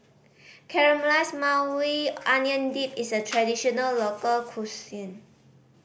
Caramelized Maui Onion Dip is a traditional local cuisine